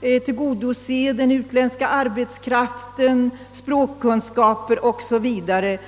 tillgodose den utländska arbetskraften, ge den språkkunskaper o.s.v.